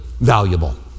valuable